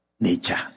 nature